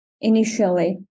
initially